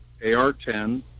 AR-10